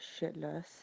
shitless